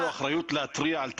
יש לו אחריות להתריע על תקלה.